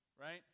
right